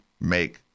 make